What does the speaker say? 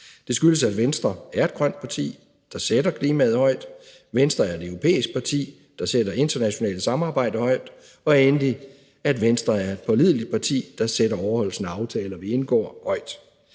Det skyldes, at Venstre er et grønt parti, der sætter klimaet højt, at Venstre er et europæisk parti, der sætter internationalt samarbejde højt, og endelig, at Venstre er et pålideligt parti, der sætter overholdelsen af de aftaler, vi indgår, højt.